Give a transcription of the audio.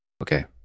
Okay